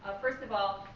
ah first of all,